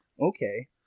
Okay